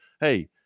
hey